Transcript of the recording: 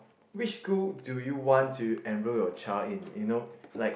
which school do you want to enrol your child in you know like